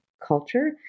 culture